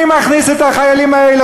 מי מכניס את החיילים האלה,